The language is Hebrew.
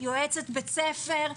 יועצת בית ספר.